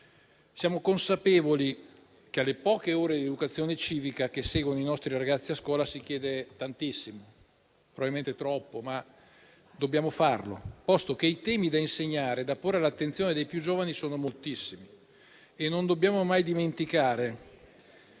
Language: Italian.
Siamo consapevoli che alle poche ore di educazione civica che seguono i nostri ragazzi a scuola si chiede tantissimo, probabilmente troppo, ma dobbiamo farlo, posto che i temi da insegnare e da porre all'attenzione dei più giovani sono moltissimi. Non dobbiamo mai dimenticare